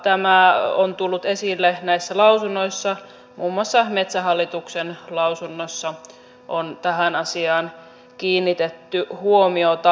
tämä on tullut esille näissä lausunnoissa muun muassa metsähallituksen lausunnossa on tähän asiaan kiinnitetty huomiota